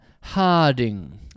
Harding